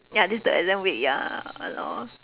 ya this is the exam week ya ah lor